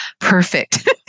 Perfect